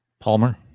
Palmer